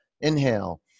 Inhale